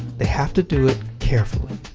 they have to do it carefully.